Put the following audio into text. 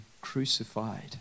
crucified